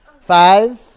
Five